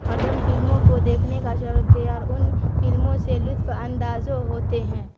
اور ان فلموں کو دیکھنے کا ان فلموں سے لطف اندوز ہوتے ہیں